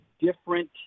different